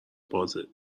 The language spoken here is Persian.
بازه